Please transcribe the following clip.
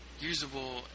Usable